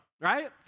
right